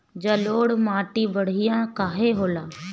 जलोड़ माटी बढ़िया काहे होला?